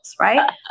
right